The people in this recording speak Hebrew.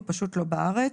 כרגע הוא לא בארץ.